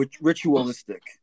ritualistic